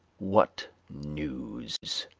what news!